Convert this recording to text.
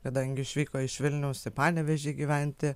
kadangi išvyko iš vilniaus į panevėžį gyventi